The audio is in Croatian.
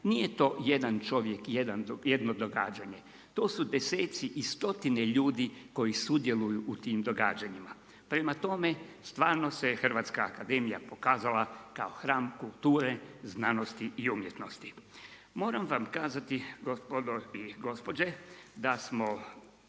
Nije to jedan čovjek, jedno događanje. To su desetci i stotine ljudi koji sudjeluju u tim događanjima. Prema tome, stvarno se Hrvatska akademija pokazala kao hram kulture, znanosti i umjetnosti. Moram vam kazati gospodo i gospođe da smo